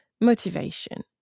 motivation